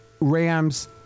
Rams